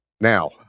Now